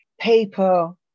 paper